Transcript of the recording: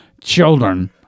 children